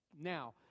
now